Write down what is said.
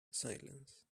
silence